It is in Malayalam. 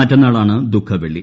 മറ്റന്നാളാണ് ദുഃഖവെള്ളി